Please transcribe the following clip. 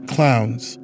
Clowns